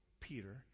Peter